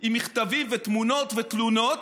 עם מכתבים ותמונות ותלונות,